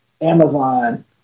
Amazon